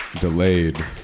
Delayed